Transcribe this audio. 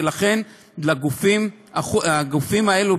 ולכן לגופים האלה,